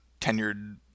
tenured